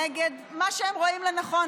נגד מה שהם רואים לנכון.